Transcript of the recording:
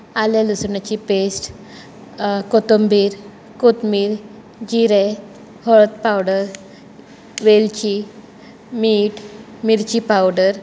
आलें लसणीची पॅस्ट कोथुंबीर कोथमीर जिरें हळद पावडर वेलची मीठ मिरची पावडर